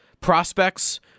prospects